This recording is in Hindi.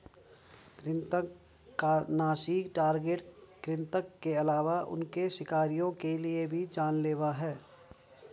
कृन्तकनाशी टारगेट कृतंक के अलावा उनके शिकारियों के लिए भी जान लेवा हैं